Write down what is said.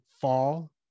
fall